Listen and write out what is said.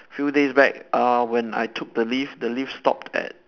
few days back uh when I took the lift the lift stopped at